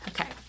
Okay